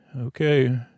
okay